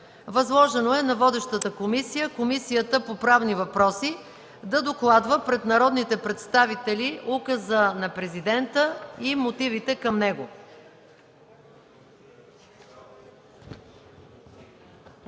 Възложено е на водещата комисия – Комисията по правни въпроси, да докладва пред народните представители Указа на президента и мотивите към него.